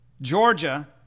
Georgia